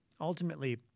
ultimately